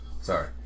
Sorry